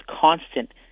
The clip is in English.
constant